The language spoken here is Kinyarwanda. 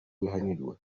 abihanirwa